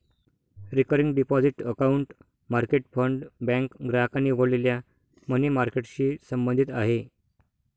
recurring deposit account market fund bank ग्राहकांनी उघडलेल्या money मार्केटशी संबंधित आहे